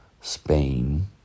Spain